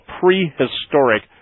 prehistoric